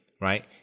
right